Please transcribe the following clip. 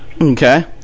Okay